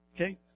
okay